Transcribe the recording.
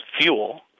fuel